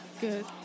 Good